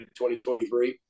2023